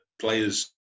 players